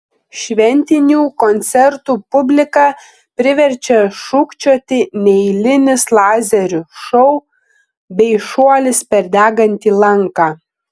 šventinių koncertų publiką priverčia šūkčioti neeilinis lazerių šou bei šuolis per degantį lanką